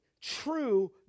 true